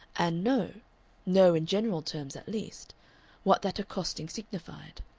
and know know in general terms, at least what that accosting signified.